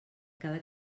cada